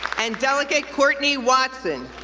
and delegate courtney watson.